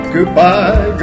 Goodbye